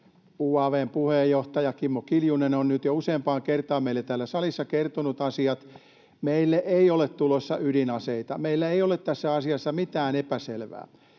UaV:n puheenjohtaja Kimmo Kiljunen on nyt jo useampaan kertaan meille täällä salissa kertonut asiat. Meille ei ole tulossa ydinaseita. Meillä ei ole tässä asiassa mitään epäselvää.